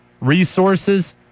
resources